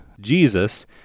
Jesus